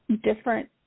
different